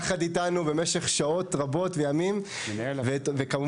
יחד איתנו, במשך שעות וימים רבים.